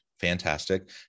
fantastic